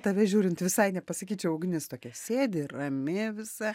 tave žiūrint visai nepasakyčiau ugnis tokia sėdi rami visa